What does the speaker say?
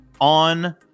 on